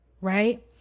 Right